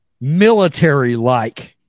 military-like